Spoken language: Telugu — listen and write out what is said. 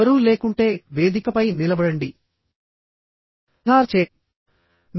ఎవరూ లేకుంటే వేదికపై నిలబడండి రిహార్సల్ చేయండి